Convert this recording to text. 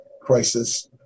crisis